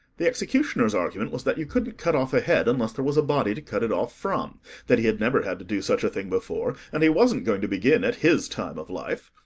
the executioner's argument was, that you couldn't cut off a head unless there was a body to cut it off from that he had never had to do such a thing before, and he wasn't going to begin at his time of life.